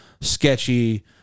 sketchy